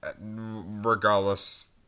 regardless